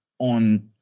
on